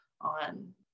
on